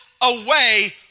away